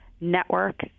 network